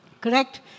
Correct